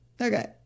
Okay